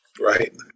Right